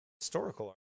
historical